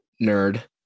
nerd